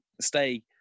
stay